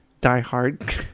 die-hard